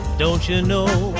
don't you know?